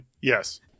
Yes